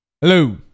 Hello